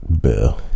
Bill